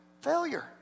Failure